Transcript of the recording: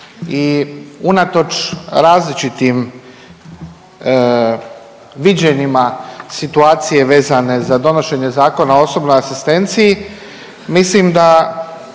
i unatoč različitim viđenjima situacije vezane za donošenje Zakona o osobnoj asistenciji mislim da